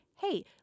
hey